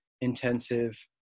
intensive